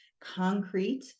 concrete